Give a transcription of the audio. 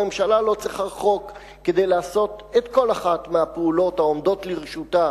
הממשלה לא צריכה חוק כדי לעשות את כל אחת מהפעולות העומדות לרשותה